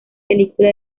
película